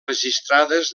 registrades